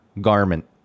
garment